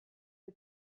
who